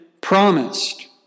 promised